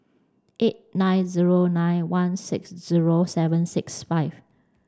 eight nine zero nine one six zero seven six five